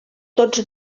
tots